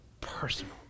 personal